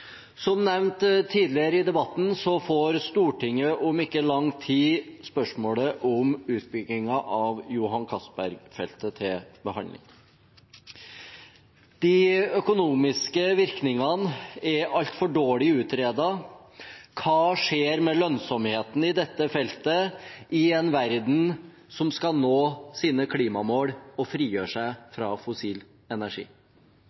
Som nevnt tidligere i debatten får Stortinget om ikke lang tid spørsmålet om utbyggingen av Johan Castberg-feltet til behandling. De økonomiske virkningene er altfor dårlig utredet. Hva skjer med lønnsomheten i dette feltet i en verden som skal nå sine klimamål og frigjøre seg fra fossil energi?